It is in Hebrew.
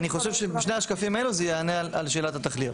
אני חושב ששני השקפים האלו זה יענה על שאלת התכליות.